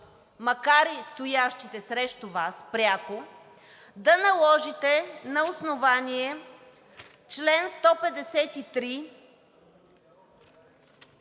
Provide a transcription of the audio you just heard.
макар и стоящите срещу Вас пряко, да наложите на основание чл. 153,